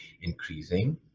increasing